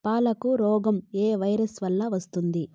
పాలకు రోగం ఏ వైరస్ వల్ల వస్తుంది?